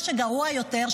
מה שגרוע יותר,